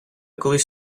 колись